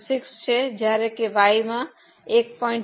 6 છે જ્યારે કે Y માં 1